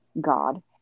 God